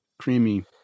creamy